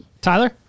Tyler